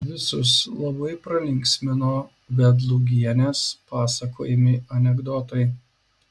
visus labai pralinksmino vedlugienės pasakojami anekdotai